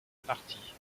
partie